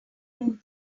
move